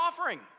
offering